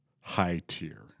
high-tier